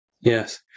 Yes